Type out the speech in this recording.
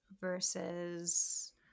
versus